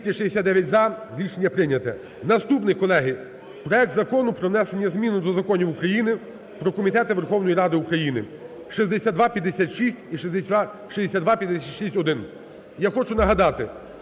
За-269 Рішення прийняте. Наступний, колеги, проект Закону про внесення змін до законів України "Про комітети Верховної Ради України", 6256 і 6256-1. Я хочу нагадати: